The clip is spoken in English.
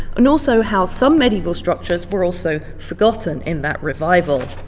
and also how some medieval structures were also forgotten in that revival.